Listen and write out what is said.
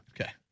Okay